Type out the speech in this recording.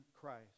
Christ